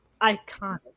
iconic